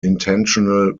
intentional